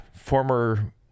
former